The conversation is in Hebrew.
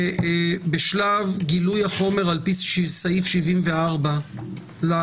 בשלב גילוי החומר על פי סעיף 74 להגנה,